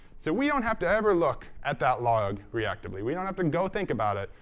so we don't have to ever look at that log reactively. we don't have to go think about it.